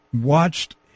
watched